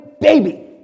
baby